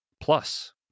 plus